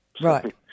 Right